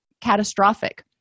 catastrophic